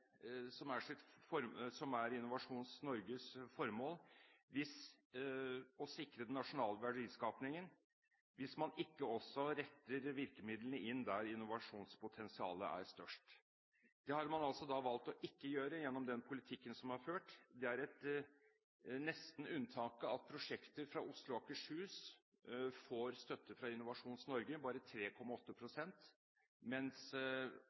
som er deres formål, nemlig å sikre den nasjonale verdiskapingen, hvis man ikke også retter virkemidlene inn der hvor innovasjonspotensialet er størst. Det har man altså valgt ikke å gjøre gjennom den politikken som er ført. Det er nesten unntaket at prosjekter fra Oslo og Akershus får støtte fra Innovasjon Norge, bare 3,8 pst, mens